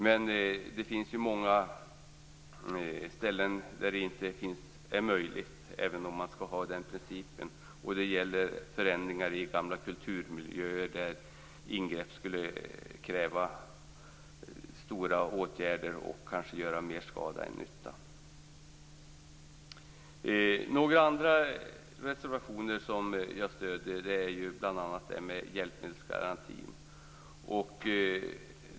Men det finns många ställen där detta inte är möjligt, även om man skall ha den principen. Det gäller förändringar i gamla kulturmiljöer, där ingrepp skulle kräva stora åtgärder och kanske göra mer skada än nytta. En annan reservation jag stöder är den om en hjälpmedelsgaranti.